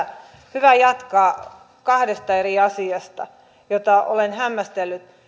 hyvä jatkaa kahdesta eri asiasta joita olen hämmästellyt